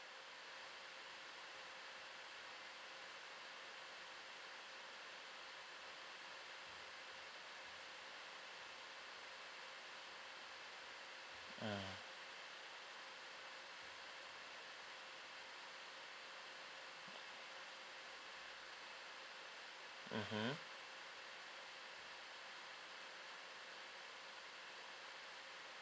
mm mmhmm